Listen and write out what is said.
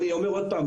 אני אומר עוד פעם,